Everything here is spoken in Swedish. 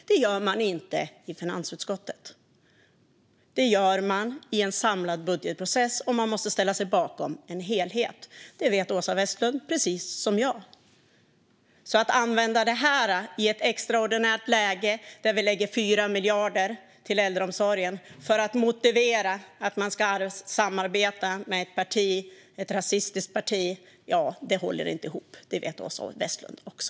Det gör man inte i finansutskottet, utan det gör man i en samlad budgetprocess - och man måste ställa sig bakom en helhet. Det vet Åsa Westlund precis som jag. Att använda det här stödet i ett extraordinärt läge, där vi lägger 4 miljarder till äldreomsorgen, för att motivera ett samarbete med ett rasistiskt parti håller inte ihop. Det vet Åsa Westlund också.